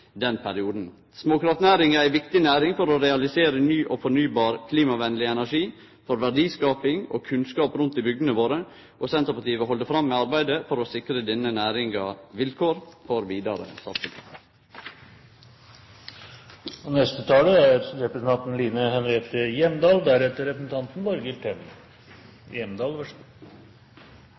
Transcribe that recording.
den perioden. Småkraftnæringa er ei viktig næring for å realisere ny fornybar og klimavenleg energi, verdiskaping og kunnskap rundt om i bygdene våre. Senterpartiet vil halde fram med arbeidet for å sikre denne næringa vilkår for vidare satsing. Den saken Stortinget diskuterer i dag, er